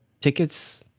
tickets